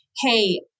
hey